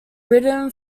written